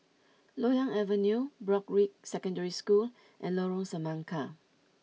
Loyang Avenue Broadrick Secondary School and Lorong Semangka